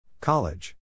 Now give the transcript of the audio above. College